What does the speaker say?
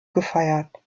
gefeiert